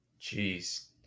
Jeez